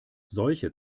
solche